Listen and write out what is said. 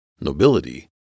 nobility